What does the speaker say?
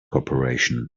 corporation